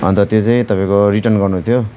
अन्त त्यो चाहिँ तपाईँको रिर्टन गर्नु थियो